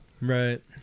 Right